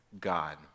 God